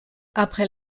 après